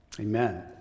amen